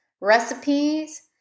recipes